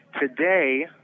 Today